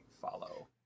follow